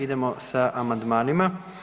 Idemo sa amandmanima.